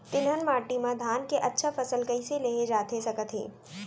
तिलहन माटी मा धान के अच्छा फसल कइसे लेहे जाथे सकत हे?